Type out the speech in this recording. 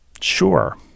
sure